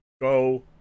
go